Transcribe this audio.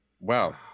wow